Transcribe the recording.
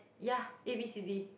ya A B C D